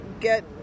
get